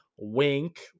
wink